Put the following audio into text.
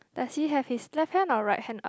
does he have his left hand or right hand up